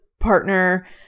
partner